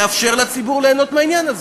לאפשר לציבור ליהנות מהעניין הזה.